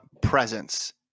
presence